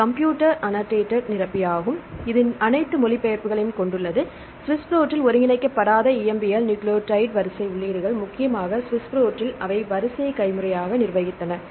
இது computer annotated நிரப்பியாகும் இது அனைத்து மொழிபெயர்ப்புகளையும் கொண்டுள்ளது ஸ்விஸ் புரோட்டில் ஒருங்கிணைக்கப்படாத EMBL நியூக்ளியோடைடு வரிசை உள்ளீடுகள் முக்கியமாக ஸ்விஸ் புரோட்டில் அவை வரிசையை கைமுறையாக நிர்வகித்தன